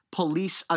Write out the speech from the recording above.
police